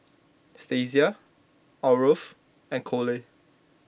Stasia Aarav and Cole